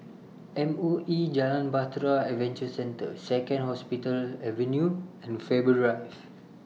M O E Jalan Bahtera Adventure Centre Second Hospital Avenue and Faber Drive